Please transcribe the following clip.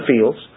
fields